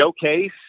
Showcase